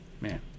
man